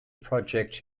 projects